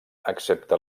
excepte